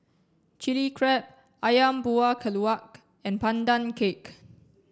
Chilli Crab Ayam Buah Keluak and Pandan Cake